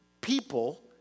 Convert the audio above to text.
people